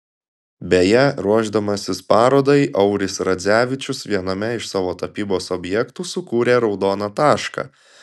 beje ruošdamasis parodai auris radzevičius viename iš savo tapybos objektų sukūrė raudoną tašką